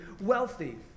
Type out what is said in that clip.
wealthy